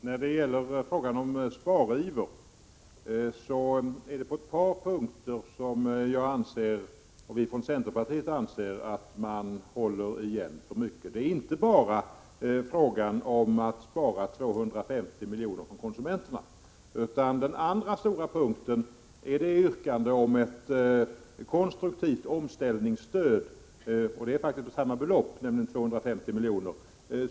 Herr talman! När jag har talat om spariver är det därför att vi från centern anser att man på ett par punkter håller igen för mycket. Det är inte bara fråga om att spara 250 miljoner, som tas från konsumenterna. Jag tänker också på vårt yrkande om ett konstruktivt omställningsstöd — det är faktiskt på samma belopp, nämligen 250 miljoner.